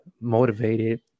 motivated